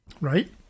Right